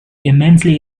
immensely